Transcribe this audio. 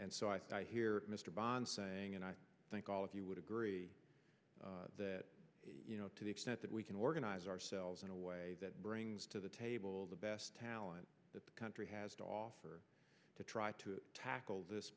and so i hear mr bond saying and i think all of you would agree that you know to the extent that we can organize ourselves in a way that brings to the table the best talent that the country has to offer to try to tackle this